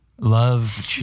Love